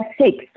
six